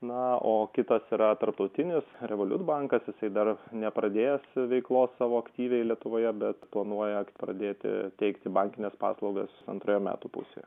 na o kitas yra tarptautinis revoliut bankas jisai dar nepradėjęs veiklos savo aktyviai lietuvoje bet planuoja pradėti teikti bankines paslaugas antroje metų pusėje